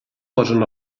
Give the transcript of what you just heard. posen